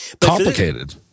Complicated